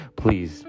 please